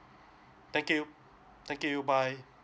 thank you thank you bye